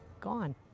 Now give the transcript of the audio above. gone